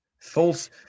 false